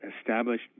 established